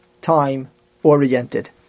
time-oriented